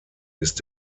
ist